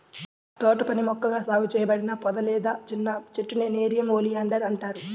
తోటపని మొక్కగా సాగు చేయబడిన పొద లేదా చిన్న చెట్టునే నెరియం ఒలియాండర్ అంటారు